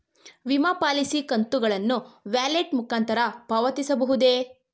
ವಿಮಾ ಪಾಲಿಸಿ ಕಂತುಗಳನ್ನು ವ್ಯಾಲೆಟ್ ಮುಖಾಂತರ ಪಾವತಿಸಬಹುದೇ?